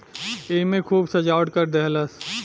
एईमे खूब सजावट कर देहलस